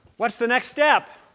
what's the next step